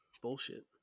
Bullshit